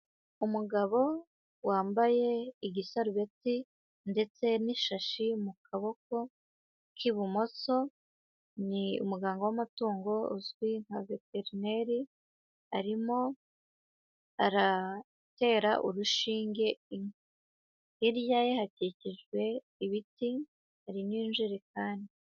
Umugabo wambaye igisarubeti ndetse n'ishashi mu kaboko k'ibumoso, ni umuganga w'amatungo uzwi nka veterineri, arimo aratera urushinge inka; hirya ye hakikijwe ibiti, hari n'injerekani.